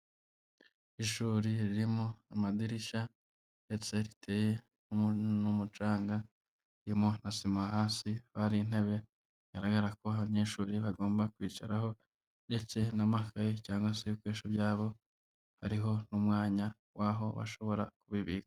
Ishuri ririmo amadirishya ndetse riteye n'umucanga ririmo na sima hasi , hari intebe bigaragarako abanyeshuri bagomba kwicaraho ndetse n'amakaye cyangwa se ibikoresho byabo, hariho n'umwanya w'aho bashobora kubibika.